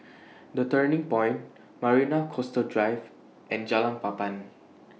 The Turning Point Marina Coastal Drive and Jalan Papan